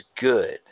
good